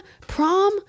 prom